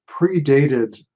predated